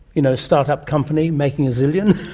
you know, a start-up company making a zillion,